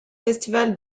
festival